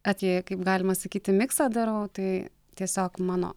at je kaip galima sakyti miksą darau tai tiesiog mano